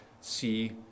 see